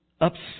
upset